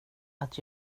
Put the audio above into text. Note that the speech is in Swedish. att